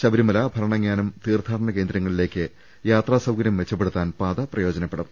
ശബരിമല ഭരണങ്ങ്യാനം തീർത്ഥാ ടന കേന്ദ്രങ്ങളിലേക്ക് യാത്രാ സൌകര്യം മെച്ചപ്പെടുത്താൻ പാത പ്രയോജനപ്പെടും